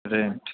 rent